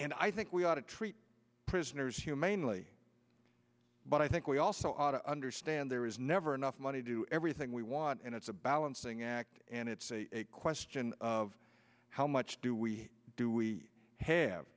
and i think we ought to treat prisoners humanely but i think we also understand there is never enough money to do everything we want and it's a balancing act and it's a question of how much do we do we have